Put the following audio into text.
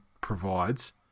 provides